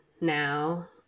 now